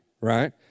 right